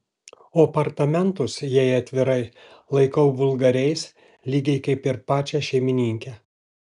o apartamentus jei atvirai laikau vulgariais lygiai kaip ir pačią šeimininkę